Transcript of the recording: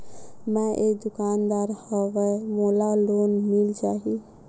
मै एक दुकानदार हवय मोला लोन मिल जाही?